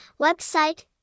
website